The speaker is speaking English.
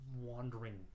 wandering